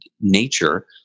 nature